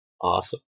Awesome